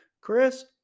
Chris